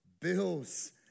bills